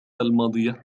الماضية